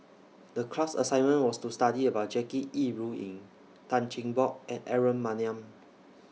The class assignment was to study about Jackie Yi Ru Ying Tan Cheng Bock and Aaron Maniam